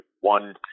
one